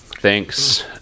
thanks